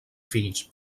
fills